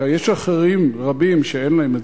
יש אחרים, רבים, שאין להם.